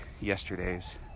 yesterday's